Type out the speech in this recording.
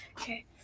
Okay